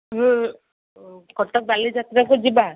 ହୁଁ କଟକ ବାଲି ଯାତ୍ରାକୁ ଯିବା